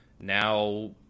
Now